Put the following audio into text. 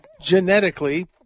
genetically